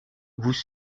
vous